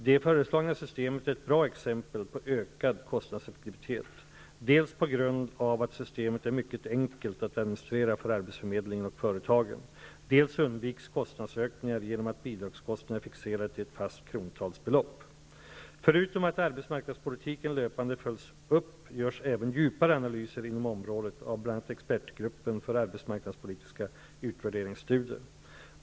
Det föreslagna systemet är ett bra exempel på ökad kostnadseffektivitet, dels på grund av att systemet är mycket enkelt att administrera för arbetsförmedlingen och företagen, dels på grund av att kostnadsökningar undviks genom att bidragskostnaderna är fixerade till ett fast krontalsbelopp. Förutom att arbetsmarknadspolitiken löpande följs upp görs även djupare analyser inom området av bl.a. expertgruppen för arbetsmarknadspolitiska utvärderingsstudier.